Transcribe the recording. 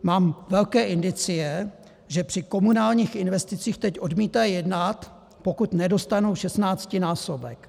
Mám velké indicie, že při komunálních investicích teď odmítají jednat, pokud nedostanou šestnáctinásobek.